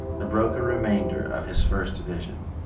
the broken remainder of his first vision.